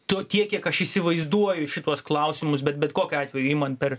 to tiek kiek aš įsivaizduoju šituos klausimus bet bet kokiu atveju imant per